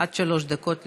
עד שלוש דקות לרשותך.